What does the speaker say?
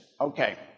okay